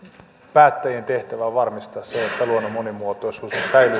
päättäjien tehtävä on varmistaa se että luonnon monimuotoisuus säilyy myös